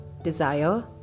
desire